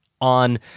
on